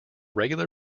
regular